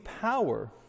power